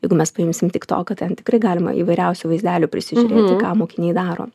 jeigu mes paimsim tiktoką ten tikrai galima įvairiausių vaizdelių prisižiūrėti ką mokiniai daro